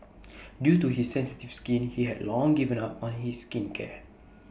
due to his sensitive skin he had long given up on his skincare